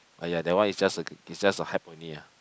ya that one is just a is just a hype only ah